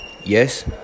Yes